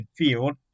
midfield